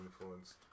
influenced